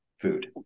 food